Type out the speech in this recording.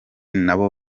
nabo